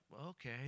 okay